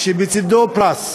שבצדו פרס.